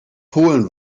polen